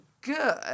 good